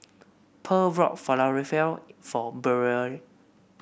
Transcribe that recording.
Purl bought Falafel for Burrell